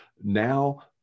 now-